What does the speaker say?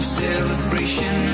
celebration